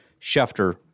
Schefter